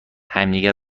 همدیگه